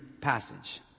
passage